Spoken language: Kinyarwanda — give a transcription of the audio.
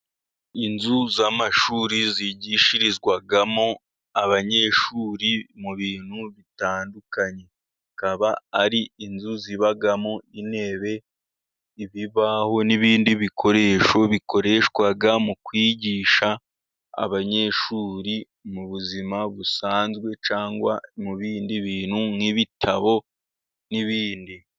Inzu z'amashuri zigishirizwamo abanyeshuri mu bintu bitandukanye. Akaba ari inzu zibamo intebe, ibibaho n'ibindi bikoresho bikoreshwa mu kwigisha abanyeshuri mu buzima busanzwe cyangwa mu bindi bintu nk'ibitabo n'ibindi.